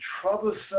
troublesome